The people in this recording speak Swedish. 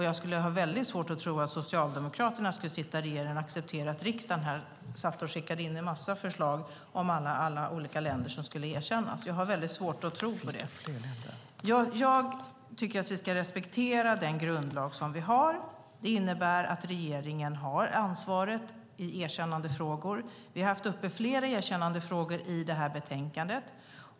Jag skulle ha svårt att tro att Socialdemokraterna skulle sitta i regeringen och acceptera att riksdagen skickade in en mängd förslag om alla olika länder som ska erkännas. Jag har svårt att tro på det. Jag tycker att vi ska respektera den grundlag vi har. Det innebär att regeringen har ansvaret i erkännandefrågor. Flera erkännandefrågor tas upp i betänkandet.